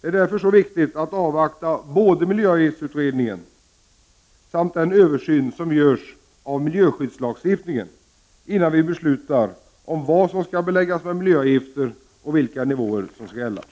Det är därför mycket viktigt att avvakta såväl miljöavgiftsutredningen som den översyn av miljöskyddslagstiftningen som man håller på med, innan vi beslutar vad som skall beläggas med miljöavgifter och vilka nivåer som skall gälla.